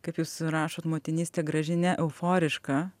kaip jūs rašot motinystė graži ne euforiška